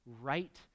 right